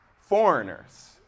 foreigners